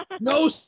no